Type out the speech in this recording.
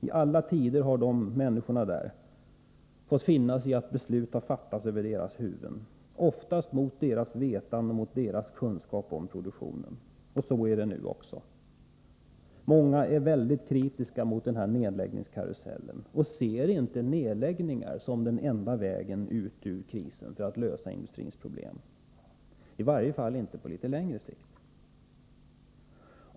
I alla tider har människorna där fått finna sig i att besluten fattats över deras huvuden, oftast mot deras vetande och kunskap om produktionen. Så är det nu också. Många är skarpt kritiska. mot nedläggningskarusellen. De ser inte 39 nedläggning som den enda vägen att lösa industrins problem och föra den ut ur krisen, i varje fall inte på litet längre sikt.